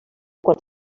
quan